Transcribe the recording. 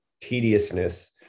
tediousness